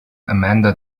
amanda